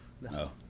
No